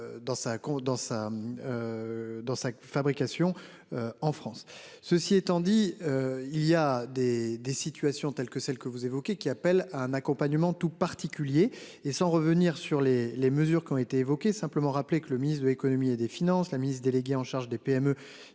Dans sa fabrication en France. Ceci étant dit, il y a des des sites. Situation telle que celle que vous évoquez qui appelle à un accompagnement tout particulier et sans revenir sur les les mesures qui ont été évoqués simplement rappeler que le ministre de l'Économie et des Finances. La ministre déléguée en charge des PME